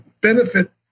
benefit